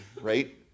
right